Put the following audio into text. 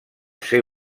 ser